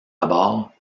abord